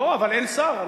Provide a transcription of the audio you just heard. לא, אבל אין שר.